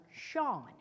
Sean